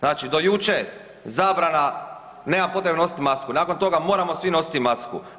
Znači do jučer zabrana, nema potrebe nositi masku, nakon toga moramo svi nositi masku.